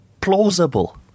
plausible